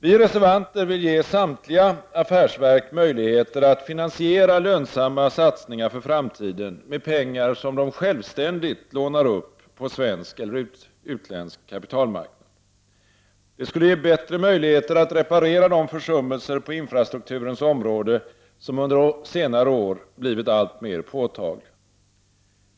Vi reservanter vill ge samtliga affärsverk möjligheter att finansiera lönsamma satsningar för framtiden med pengar som de självständigt lånar upp på svensk eller utländsk kapitalmarknad. Det skulle ge bättre möjligheter att reparera de försummelser på infrastrukturens område som under senare år blivit alltmer påtagliga.